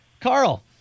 Carl